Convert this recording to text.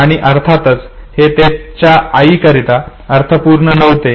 आणि अर्थातच हे त्याच्या आई करिता अर्थपूर्ण नव्हते